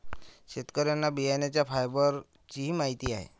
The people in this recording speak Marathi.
शेतकऱ्यांना बियाण्यांच्या फायबरचीही माहिती आहे